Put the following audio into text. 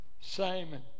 Simon